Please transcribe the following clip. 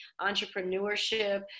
entrepreneurship